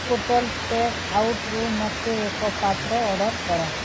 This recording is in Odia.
ପୋର୍ଟାଲ୍ ଟେକ୍ଆଉଟ୍ରୁ ମୋତେ ଏକ ପାତ୍ର ଅର୍ଡ଼ର କର